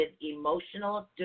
emotional